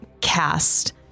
cast